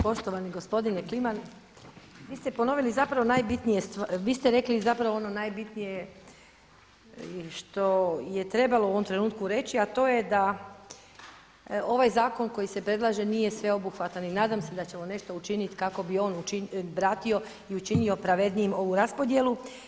Poštovani gospodine Kliman, vi ste ponovili zapravo najbitnije, vi ste rekli zapravo ono najbitnije što je trebalo u ovom trenutku reći a to je da ovaj zakon koji se predlaže nije sveobuhvatan i nadam se da ćemo nešto učiniti kako bi on vratio i učinio pravednijim ovu raspodjelu.